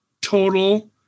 total